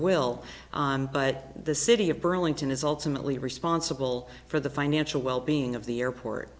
will on but the city of burlington is ultimately responsible for the financial well being of the airport